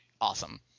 awesome